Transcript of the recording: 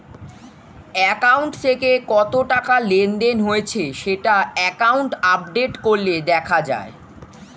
account থেকে কত টাকা লেনদেন হয়েছে সেটা অ্যাকাউন্ট আপডেট করলে দেখা যায়